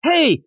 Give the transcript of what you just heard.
Hey